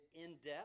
in-depth